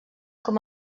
com